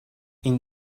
این